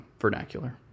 vernacular